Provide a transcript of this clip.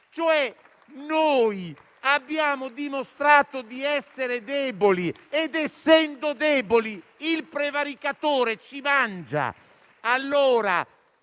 Noi abbiamo dimostrato di essere deboli ed essendo deboli il prevaricatore ci mangia.